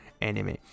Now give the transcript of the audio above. anime